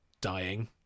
dying